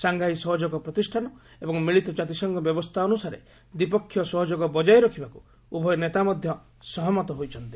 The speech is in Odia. ସାଙ୍ଘାଇ ସହଯୋଗ ପ୍ରତିଷ୍ଠାନ ଏବଂ ମିଳିତ କାତିସଂଘ ବ୍ୟବସ୍ଥା ଅନୁସାରେ ଦ୍ୱିପକ୍ଷୀୟ ସହଯୋଗ ବଜାୟ ରଖିବାକୁ ଉଭୟ ନେତା ମଧ୍ୟ ସହମତ ହୋଇଛନ୍ତି